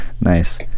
Nice